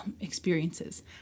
experiences